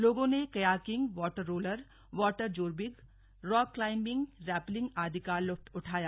लोगों ने kayaking water roller water zorbing rock climbing rappelling आदि का लुत्फ उठाया